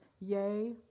Yea